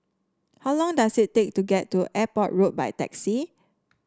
how long does it take to get to Airport Road by taxi